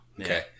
okay